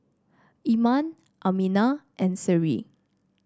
Iman Aminah and Seri